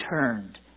turned